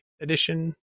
edition